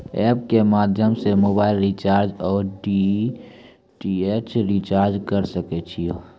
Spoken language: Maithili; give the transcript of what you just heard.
एप के माध्यम से मोबाइल रिचार्ज ओर डी.टी.एच रिचार्ज करऽ सके छी यो?